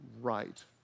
right